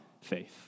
faith